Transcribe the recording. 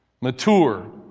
mature